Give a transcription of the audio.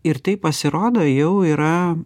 ir tai pasirodo jau yra